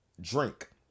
drink